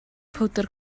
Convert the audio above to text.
powdr